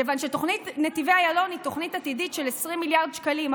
כיוון שתוכנית נתיבי איילון היא תוכנית עתידית של 20 מיליארד שקלים,